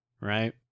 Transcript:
Right